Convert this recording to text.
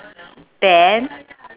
then